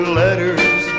letters